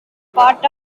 part